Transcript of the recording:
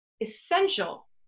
essential